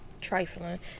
Trifling